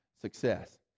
success